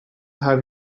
have